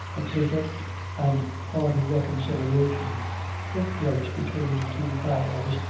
a perfect and hearty reconciliation took place between the two families,